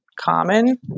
common